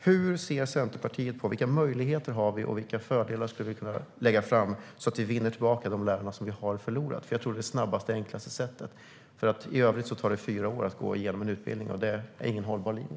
Hur ser Centerpartiet på vilka möjligheter vi har och vilka fördelar vi skulle kunna lägga fram, så att vi vinner tillbaka de lärare som vi har förlorat? Jag tror att det är det snabbaste och enklaste sättet. Det tar nämligen fyra år att gå igenom en utbildning, vilket inte är någon hållbar linje.